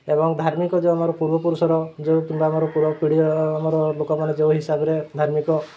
ଏବଂ ଧାର୍ମିକ ଯେଉଁ ଆମର ପୂର୍ବ ପୁରୁଷର ଯେଉଁ କିମ୍ବା ଆମର ପୂର୍ବ ପିଢ଼ିର ଆମର ଲୋକମାନେ ଯେଉଁ ହିସାବରେ ଧାର୍ମିକ